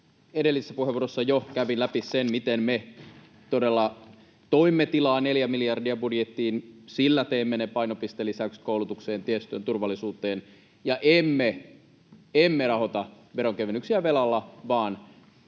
edellisessä puheenvuorossa jo kävin läpi sen, miten me todella toimme budjettiin tilaa neljä miljardia. Sillä teemme ne painopistelisäykset koulutukseen, tiestöön ja turvallisuuteen, ja emme rahoita veronkevennyksiä velalla vaan